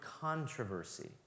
controversy